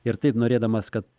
ir taip norėdamas kad